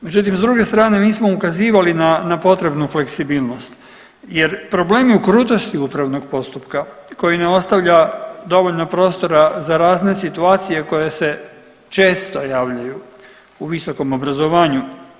Međutim, s druge strane mi smo ukazivali na potrebnu fleksibilnost, jer problem je u krutosti upravnog postupka koji ne ostavlja dovoljno prostora za razne situacije koje se često javljaju u visokom obrazovanju.